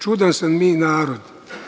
Čudan smo mi narod.